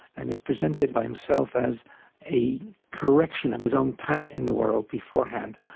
and is presented by himself as a correction of his own path in the world beforehand.